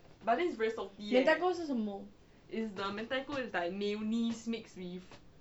mentaiko 是什么